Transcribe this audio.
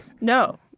No